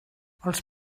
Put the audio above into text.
els